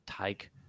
take